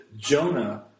Jonah